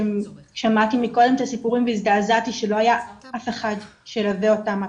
שמעתי קודם את הסיפורים והזדעזעתי שלא היה אף אחד שילווה אותם,